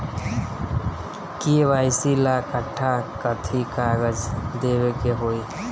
KYC ला कट्ठा कथी कागज देवे के होई?